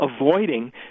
avoiding